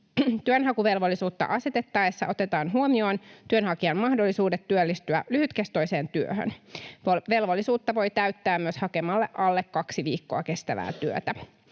Työnhakuvelvollisuutta asetettaessa otetaan huomioon työnhakijan mahdollisuudet työllistyä lyhytkestoiseen työhön. Velvollisuutta voi täyttää myös hakemalla alle kaksi viikkoa kestävää työtä.